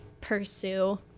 pursue